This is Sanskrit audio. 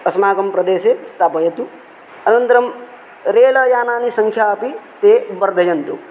अस्माकं प्रदेशे स्थापयतु अनन्तरं रेल यानानि संख्या अपि ते वर्धयन्तु